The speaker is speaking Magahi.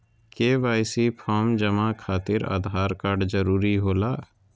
के.वाई.सी फॉर्म जमा खातिर आधार कार्ड जरूरी होला?